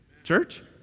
Church